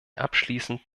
abschließend